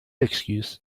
excuse